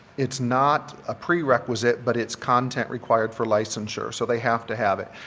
it's not a prerequisite but it's content required for licensure so they have to have it.